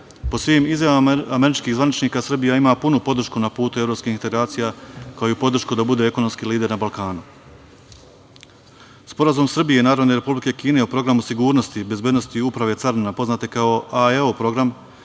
svim izjavama američkih zvaničnika, Srbija ima punu podršku na putu evropskih integracija, kao i podršku da bude ekonomski lider na Balkanu. Sporazum Srbije i Narodne Republike Kine o programu sigurnosti i bezbednosti Uprave carina, poznate kao AEO program